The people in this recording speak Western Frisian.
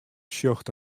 sjocht